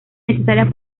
necesarias